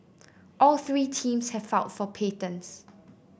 all three teams have filed for patents